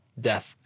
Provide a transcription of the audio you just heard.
death